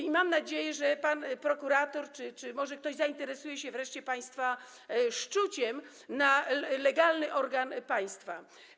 I mam nadzieję, że pan prokurator czy może ktoś inny zainteresuje się wreszcie państwa szczuciem na legalny organ państwa.